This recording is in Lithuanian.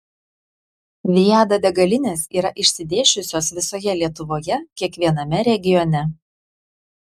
viada degalinės yra išsidėsčiusios visoje lietuvoje kiekviename regione